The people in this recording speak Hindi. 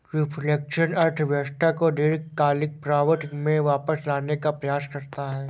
रिफ्लेक्शन अर्थव्यवस्था को दीर्घकालिक प्रवृत्ति में वापस लाने का प्रयास करता है